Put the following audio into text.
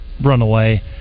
runaway